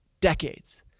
decades